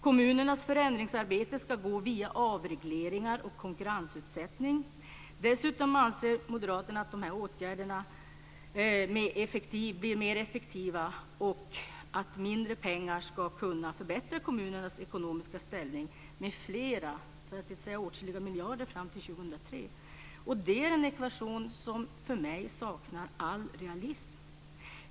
Kommunernas förändringsarbete ska gå via avregleringar och konkurrensutsättning. Dessutom anser Moderaterna att de här åtgärderna blir mer effektiva och att man trots mindre pengar ska kunna förbättra kommunernas ekonomiska ställning med flera - för att inte säga åtskilliga - miljarder fram till 2003. Det är en ekvation som för mig saknar all realism.